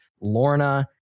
Lorna